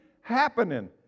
happening